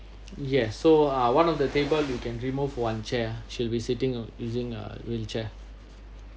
yes so uh one of the table you can remove one chair ah she'll be sitting on using a wheelchair